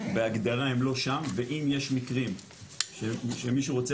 בהגדרה הם לא שם ואם יש מקרים שמישהו רוצה